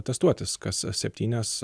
testuotis kas septynias